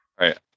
right